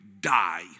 die